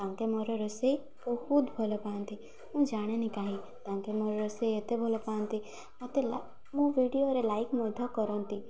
ତାଙ୍କେ ମୋର ରୋଷେଇ ବହୁତ ଭଲପାଆନ୍ତି ମୁଁ ଜାଣିନି କାହିଁ ତାଙ୍କେ ମୋର ରୋଷେଇ ଏତେ ଭଲ ପାଆନ୍ତି ମୋତେ ମୋ ଭିଡ଼ିଓରେ ଲାଇକ୍ ମଧ୍ୟ କରନ୍ତି